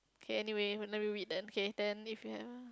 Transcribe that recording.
K anyway let me read then okay then if you ever